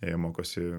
jie mokosi